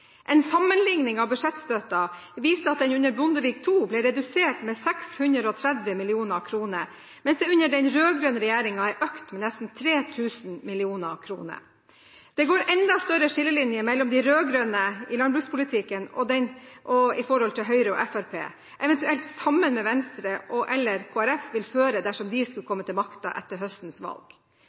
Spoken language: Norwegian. En sammenligning av budsjettstøtten viser at den under Bondevik II-regjeringen ble redusert med 630 mill. kr, mens den under rød-grønne regjeringen har økt med nesten 3 000 mill. kr. Det går enda større skillelinjer mellom den rød-grønne landbrukspolitikken og den som Høyre og Fremskrittspartiet vil føre, eventuelt sammen med Venstre og/eller Kristelig Folkeparti, dersom de skulle komme til makten etter høstens valg.